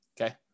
Okay